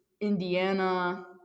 indiana